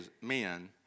men